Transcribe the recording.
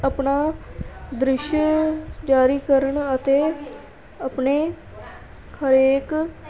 ਆਪਣਾ ਦ੍ਰਿਸ਼ ਜਾਰੀ ਕਰਨ ਅਤੇ ਆਪਣੇ ਹਰੇਕ